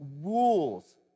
rules